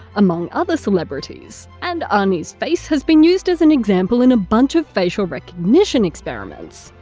among other celebrities. and arnie's face has been used as an example in a bunch of facial recognition experiments.